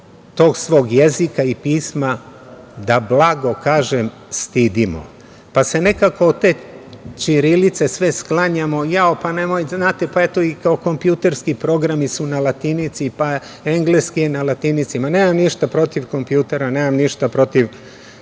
tog svog jezika i pisma, da blago kažem, stidimo, pa se nekako od te ćirilice sve sklanjamo, kao, znate, kompjuterski programi su na latinici, pa engleski je na latinici, itd. Nemam ništa protiv kompjutera, nemam ništa protiv